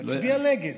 תצביע נגד.